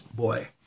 Boy